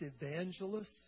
evangelists